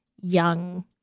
young